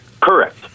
Correct